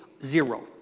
zero